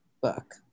book